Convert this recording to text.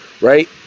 right